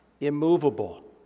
immovable